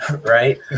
right